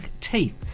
teeth